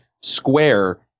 Square